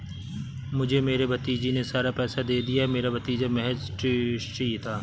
मुझे मेरे भतीजे ने सारा पैसा दे दिया, मेरा भतीजा महज़ ट्रस्टी था